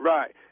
Right